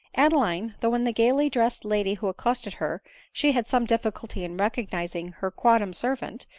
adeline, though in the gaily-dressed lady who accosted her she had some difficulty in recognising her quondam servant,